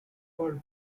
called